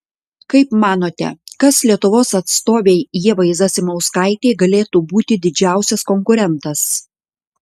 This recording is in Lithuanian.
kaip manote kas lietuvos atstovei ievai zasimauskaitei galėtų būti didžiausias konkurentas